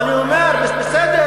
אני אומר בסדר,